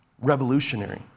revolutionary